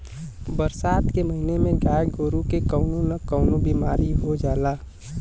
बरसात के महिना में गाय गोरु के कउनो न कउनो बिमारी हो जाला